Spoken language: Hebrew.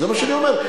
זה מה שאני אומר.